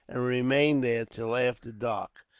and remain there till after dark.